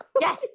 Yes